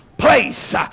place